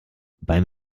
beim